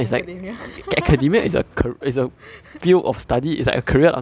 macadamia